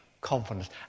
confidence